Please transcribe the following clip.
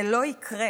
זה לא יקרה.